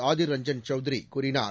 ஆதிர் ரஞ்சன் சௌத்ரி கூறினார்